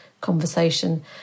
conversation